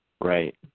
Right